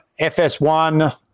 FS1